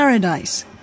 Paradise